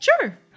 Sure